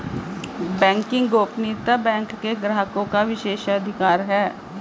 banking गोपनीयता bank के ग्राहकों का विशेषाधिकार है